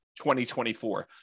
2024